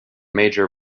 major